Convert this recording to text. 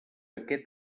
aquest